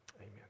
amen